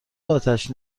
آتش